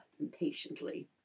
impatiently